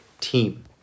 team